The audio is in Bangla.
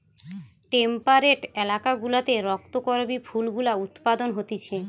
টেম্পারেট এলাকা গুলাতে রক্ত করবি ফুল গুলা উৎপাদন হতিছে